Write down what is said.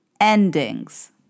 endings